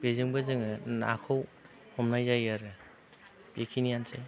बेजोंबो जोङो नाखौ हमनाय जायो आरो बेखिनिआनोसै